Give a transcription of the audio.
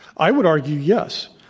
i would argue yes,